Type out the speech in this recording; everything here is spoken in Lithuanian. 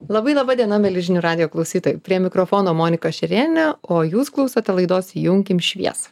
labai laba diena mieli žinių radijo klausytojai prie mikrofono monika šerėnienė o jūs klausote laidos įjunkim šviesą